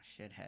shithead